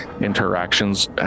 interactions